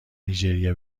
نیجریه